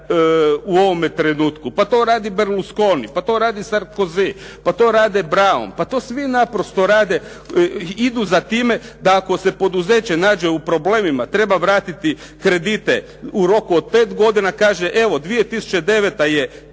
u ovome trenutku. Pa to radi Berlusconi, pa to radi Sarkozy, pa to rade …/Govornik se ne razumije./… pa to svi naprosto rade, idu za time da ako se poduzeće nađe u problemima, treba vratiti kredite u roku od 5 godina kaže, evo 2009. je